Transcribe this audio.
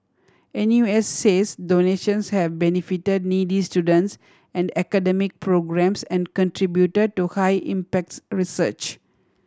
N U S says donations have benefited needy students and academic programmes and contribute to high impacts research